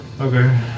Okay